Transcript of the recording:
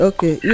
Okay